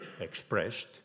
expressed